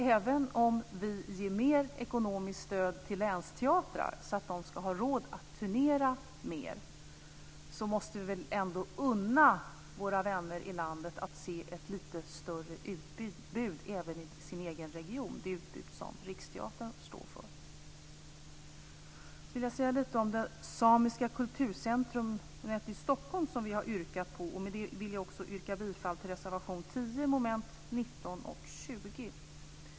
Även om vi ger mer ekonomiskt stöd till länsteatrar, så att de ska ha råd att turnera mer, måste vi väl ändå unna våra vänner i landet att se ett lite större utbud även i den egna regionen - det utbud som Jag vill också säga lite om det samiska kulturcentrumet i Stockholm som vi har yrkat på. Med det vill jag också yrka bifall till reservation 10 under mom.